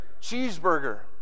cheeseburger